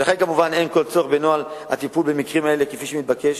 ולכן כמובן אין כל צורך בנוהל הטיפול במקרים אלה כפי שמתבקש.